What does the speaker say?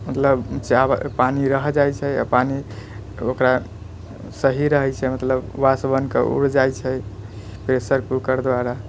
मतलब चावल पानी रहि जाइ छै आओर पानी ओकरा सही रहै छै मतलब वाष्प बनिकऽ उड़ि जाइ छै प्रेशर कूकर द्वारा